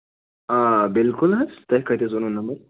آ بِلکُل حظ تۄہہِ کَتہِ حظ اوٚنوٕ نمبر